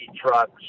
trucks